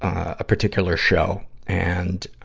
a particular show. and, um.